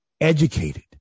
Educated